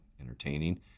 entertaining